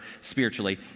spiritually